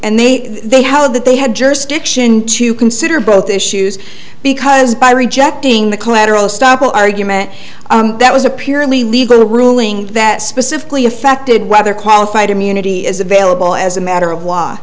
and they they have that they had jurisdiction to consider both issues because by rejecting the collateral estoppel argument that was a purely legal ruling that specifically affected whether qualified immunity is available as a matter of la